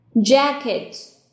Jacket